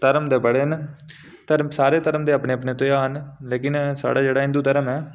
इस देश च मचलब धर्म ते बड़े न सारे धर्म दे अपने अपने ध्यार न लेकिन साढ़ा जेह्ड़ा हिन्दू धर्म ऐ